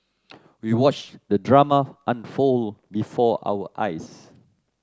we watched the drama unfold before our eyes